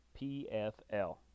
PFL